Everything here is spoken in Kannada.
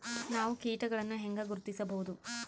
ನಾವು ಕೇಟಗಳನ್ನು ಹೆಂಗ ಗುರ್ತಿಸಬಹುದು?